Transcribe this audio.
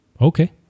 Okay